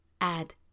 add